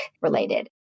related